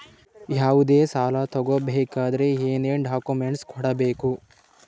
ಯಾವುದೇ ಸಾಲ ತಗೊ ಬೇಕಾದ್ರೆ ಏನೇನ್ ಡಾಕ್ಯೂಮೆಂಟ್ಸ್ ಕೊಡಬೇಕು?